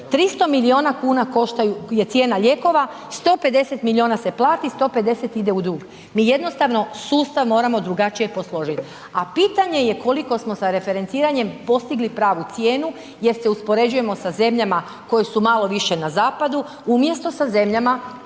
300 milijuna kuna koštaju, je cijena lijekova, 150 milijuna se plati, 150 ide u dug, mi jednostavno sustav moramo drugačije posložit, a pitanje je koliko smo sa referenciranjem postigli pravu cijenu jer se uspoređujemo sa zemljama koje su malo više na zapadu umjesto sa zemljama